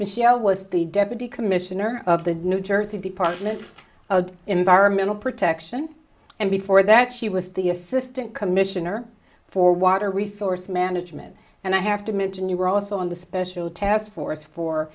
michelle was the deputy commissioner of the new jersey department of environmental protection and before that she was the assistant commissioner for water resource management and i have to mention you were also on the special task force for